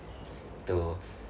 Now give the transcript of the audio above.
to